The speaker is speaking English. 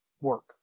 work